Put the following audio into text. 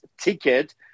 ticket